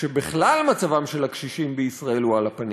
שבכלל מצבם של הקשישים בישראל הוא על הפנים.